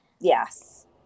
Yes